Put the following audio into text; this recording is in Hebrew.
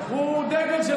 אתה מצחיק, סטנדאפיסט.